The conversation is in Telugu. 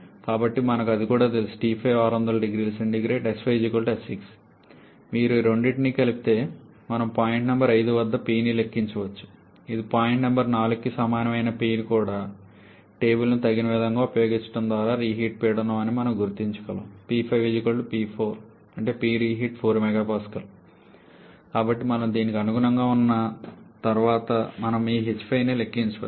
కాబట్టి అది మనకు కూడా తెలుసు 𝑇5 600⁰C S5 𝑠6 మీకు ఈ రెండింటినీ కలిపితే మనము పాయింట్ నంబర్ 5 వద్ద Pని లెక్కించవచ్చు ఇది పాయింట్ నంబర్ 4కి సమానమైన P కూడా టేబుల్లను తగిన విధంగా ఉపయోగించడం ద్వారా మీ రీహీట్ పీడనం అని మనం గుర్తించగలము కాబట్టి మనము దీనికి అనుగుణంగా ఉన్న తర్వాత మనము మీ h5 ని లెక్కించవచ్చు